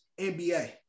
NBA